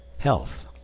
health